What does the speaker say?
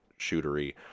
shootery